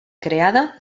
creada